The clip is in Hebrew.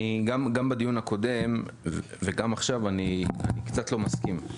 גם בדיון הקודם וגם עכשיו, אני קצת לא מסכים.